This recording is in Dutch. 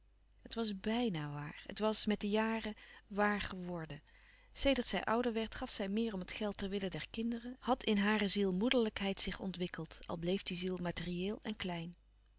het was bijnà waar het was met de jaren waar geworden sedert zij ouder werd gaf zij meer om het geld ter wille der kinderen had in hare ziel moederlijkheid zich ontwikkeld al bleef die ziel materieel en klein